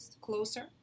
closer